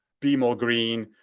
be more green?